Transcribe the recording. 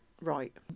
right